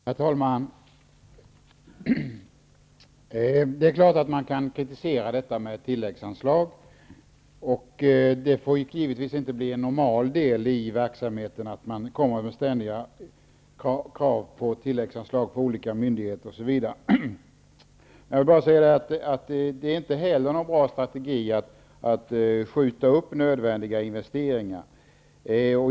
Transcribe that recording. Herr talman! Det är klart att man kan kritisera detta med tilläggsanslag. Givetvis får det inte bli en normal del i verksamheten att man på olika myndigheter ständigt kommer med krav på tilläggsanslag. Det är heller inte en bra strategi att skjuta på nödvändiga investeringar.